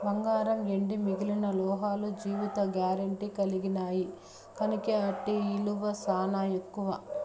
బంగారం, ఎండి మిగిలిన లోహాలు జీవిత గారెంటీ కలిగిన్నాయి కనుకే ఆటి ఇలువ సానా ఎక్కువ